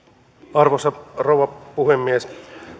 arvoisa rouva puhemies